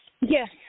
Yes